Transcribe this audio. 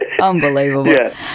unbelievable